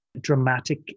dramatic